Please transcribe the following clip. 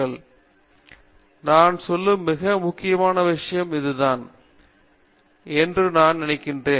பேராசிரியர் ரவீந்திர கெட்டூ சரி நான் சொல்லும் மிக முக்கியமான விஷயம் இதுதான் என்று நான் நினைக்கிறேன்